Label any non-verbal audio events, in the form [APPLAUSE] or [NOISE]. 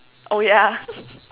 oh ya [LAUGHS]